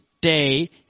day